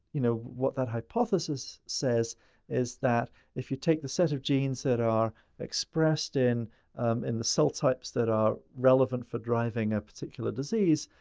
you know, what that hypothesis says is that if you take the set of genes that are expressed and the cell types that are relevant for driving a particular disease,